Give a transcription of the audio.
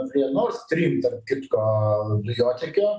prie nord stream tarp kitko dujotiekio